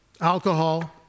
Alcohol